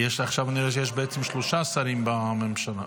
עכשיו אני רואה שיש בעצם שלושה שרים במליאה.